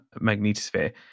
magnetosphere